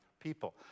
people